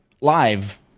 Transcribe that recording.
live